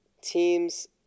teams